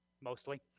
Mostly